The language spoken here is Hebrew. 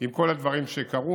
עם כל הדברים שקרו.